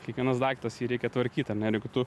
kiekvienas daiktas jį reikia tvarkyt ar ne ir jeigu tu